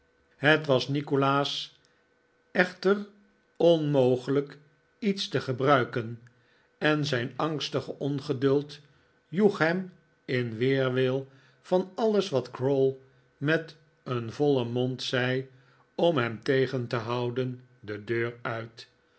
het was nikolaas echter onmogelijk iets te gebruiken en zijn angstige ongeduld joeg hem in weerwil van alles wat crowl met een vollen mond zei om hem tegen te houden de deur uit